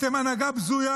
אתם הנהגה בזויה,